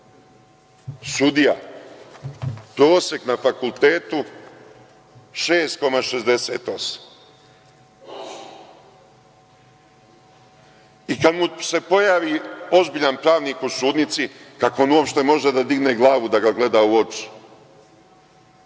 Sudija, prosek na fakultetu 6,68. I, kad mu se pojavi ozbiljan pravnik u sudnici kako on uopšte može da digne glavu da ga gleda u oči.